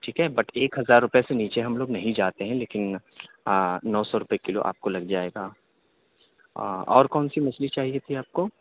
ٹھیک ہے بٹ ایک ہزار روپیے سے نیچے ہم لوگ نہیں جاتے ہیں لیکن نو سو روپیے کلو آپ کو لگ جائے گا اور کونسی مچھلی چاہیے تھی آپ کو